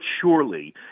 surely